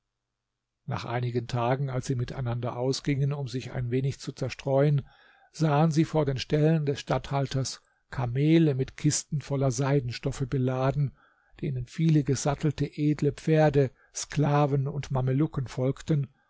nach einigen tagen als sie miteinander ausgingen um sich ein wenig zu zerstreuen sahen sie vor den ställen des statthalters kamele mit kisten voller seidenstoffe beladen denen viele gesattelte edle pferde sklaven und mamelucken folgten